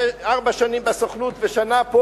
ארבע שנים בסוכנות ושנה פה,